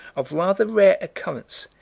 of rather rare occurrence,